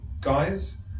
guys